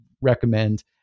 recommend